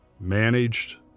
Managed